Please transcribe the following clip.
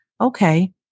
Okay